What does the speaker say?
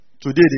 Today